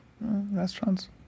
Restaurants